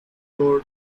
door